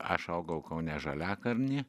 aš augau kaune žaliakalny